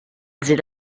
dit